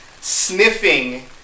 sniffing